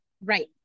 Right